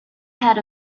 head